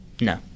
No